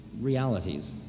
realities